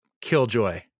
killjoy